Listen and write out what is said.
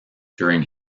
during